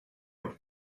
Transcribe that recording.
oer